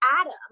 Adam